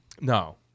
No